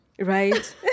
Right